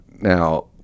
Now